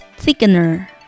thickener